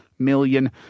Million